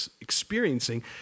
experiencing